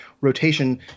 rotation